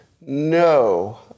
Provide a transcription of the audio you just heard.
No